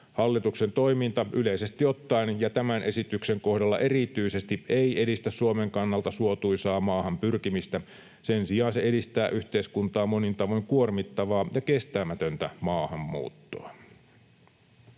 Hallituksen toiminta yleisesti ottaen ja tämän esityksen kohdalla erityisesti ei edistä Suomen kannalta suotuisaa maahan pyrkimistä. Sen sijaan se edistää yhteiskuntaa monin tavoin kuormittavaa ja kestämätöntä maahanmuuttoa.